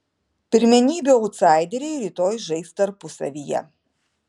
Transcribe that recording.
pirmenybių autsaideriai rytoj žais tarpusavyje